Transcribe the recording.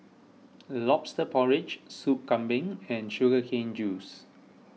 Lobster Porridge Soup Kambing and Sugar Cane Juice